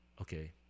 okay